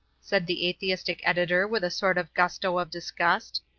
said the atheistic editor with a sort of gusto of disgust.